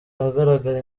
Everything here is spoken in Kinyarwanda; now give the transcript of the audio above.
ahagaragara